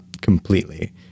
completely